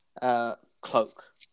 cloak